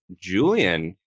julian